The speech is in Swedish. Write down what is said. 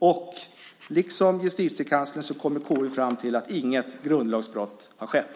Och liksom Justitiekanslern kommer KU fram till att inget grundlagsbrott har skett.